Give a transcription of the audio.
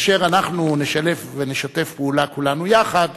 כאשר אנחנו נשלב ונשתף פעולה כולנו יחד,